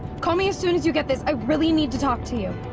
call me as soon as you get this. i really need to talk to you.